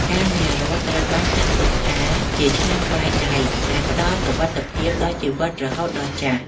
ការងាររដ្ឋត្រូវបានគេចាត់ទុកថាជា "ឆ្នាំងបាយដែក" ដែលផ្តល់សុវត្ថិភាពដល់ជីវិតរហូតដល់ចាស់។